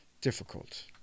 difficult